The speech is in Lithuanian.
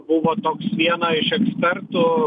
buvo toks vieno iš ekspertų